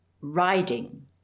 RIDING